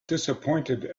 disappointed